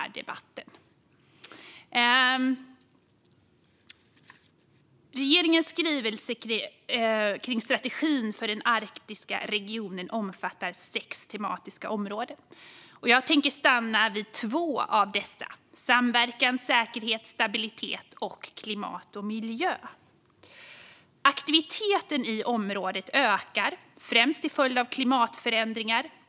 Regeringens skrivelse kring strategin för den arktiska regionen omfattar sex tematiska områden. Jag tänker stanna vid två av dessa: säkerhet och stabilitet samt klimat och miljö. Aktiviteten i området ökar, främst till följd av klimatförändringar.